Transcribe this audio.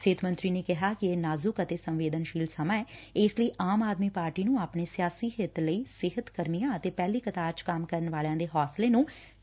ਸਿਹਤ ਮੰਤਰੀ ਨੇ ਕਿਹਾ ਕਿ ਇਹ ਨਾਜੁਕ ਅਤੇ ਸੰਵੇਦਨਸ਼ੀਲ ਸਮਾ ਐ ਇਸ ਲਈ ਆਮ ਆਦਮੀ ਪਾਰਟੀ ਨੂੰ ਆਪਣੇ ਸਿਆਸੀ ਹਿੱਤ ਲਈ ਸਿਹਤ ਕਰਮੀਆਂ ਅਤੇ ਪਹਿਲੀ ਕਤਾਰ ਚ ਕੰਮ ਕਰਨ ਵਾਲਿਆਂ ਦੇ ਹੌਸਲੇ ਨੂੰ ਢਾਹ ਨਹੀਂ ਲਾਉਣੀ ਚਾਹੀਦੀ